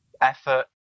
Effort